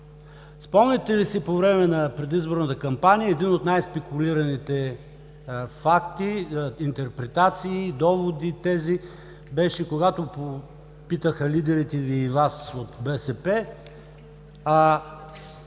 Спомняте ли си по време на предизборната кампания един от най-спекулираните факти, интерпретации, доводи, тези беше, когато попитаха лидерите Ви и Вас от БСП,